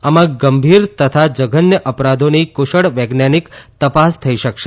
આમાં ગંભીર તથા જધન્ય પરાધામી કુશળ વૈજ્ઞાનિક તપાસ થઈ શકશે